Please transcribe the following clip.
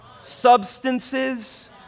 substances